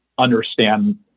understand